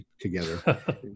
together